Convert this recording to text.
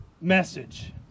message